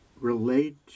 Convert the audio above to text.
relate